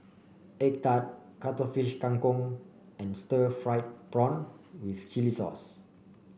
Egg Tart Cuttlefish Kang Kong and Stir Fried Prawn with Chili Sauce